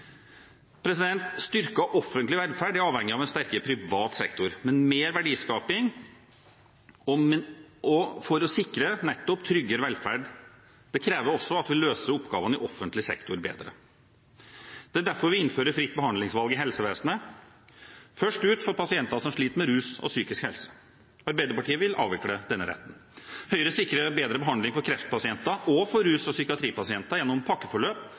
offentlig velferd er avhengig av en sterkere privat sektor, med mer verdiskaping, for å sikre nettopp tryggere velferd. Det krever også at vi løser oppgavene i offentlig sektor bedre. Det er derfor vi innfører fritt behandlingsvalg i helsevesenet, først ut for pasienter som sliter med rus og psykisk helse. Arbeiderpartiet vil avvikle denne retten. Høyre sikrer bedre behandling for kreftpasienter og for rus- og psykiatripasienter gjennom pakkeforløp